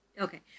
Okay